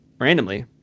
randomly